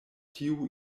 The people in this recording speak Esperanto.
tiu